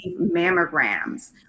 mammograms